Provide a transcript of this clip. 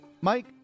Mike